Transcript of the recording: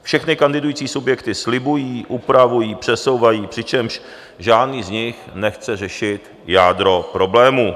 Všechny kandidující subjekty slibují, upravují, přesouvají, přičemž žádný z nich nechce řešit jádro problému.